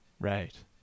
Right